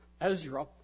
Ezra